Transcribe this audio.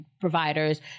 providers